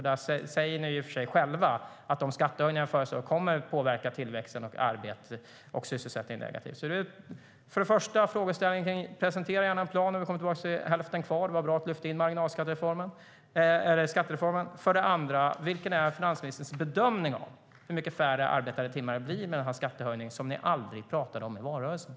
Där säger ni i och för sig själva att de skattehöjningar ni föreslår kommer att påverka tillväxten, arbete och sysselsättning negativt.